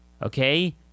Okay